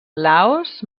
laos